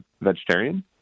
vegetarian